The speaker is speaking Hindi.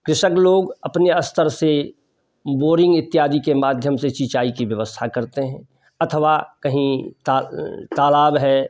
कृषक लोग अपने स्तर से बोरिंग इत्यादि के माध्यम से सिंचाई की व्यवस्था करते हैं अथवा कहीं तालाब हैं